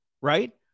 Right